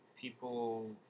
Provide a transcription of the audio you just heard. people